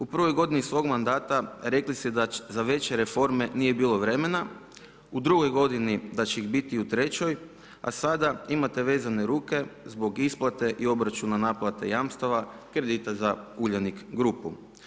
U prvoj godini svog mandata rekli ste da za veće reforme nije bilo vremena, u drugoj godini da će ih biti u trećoj, a sada imate vezane ruke zbog isplate i obračuna naplate jamstava, kredita za Uljanik grupu.